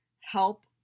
help